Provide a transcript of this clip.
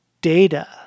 data